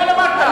שמאל אמרת?